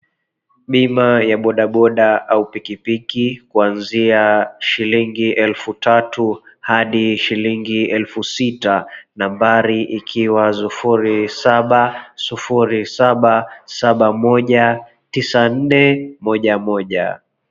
Bima ya bodaboda au pikipiki kwanzia shilingi elfu tatu hadi shilngi elfu sita nambari ikiwa 0707719411.